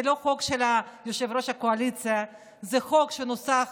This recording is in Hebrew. זה לא חוק של יושב-ראש הקואליציה, זה חוק שנוסח